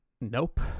nope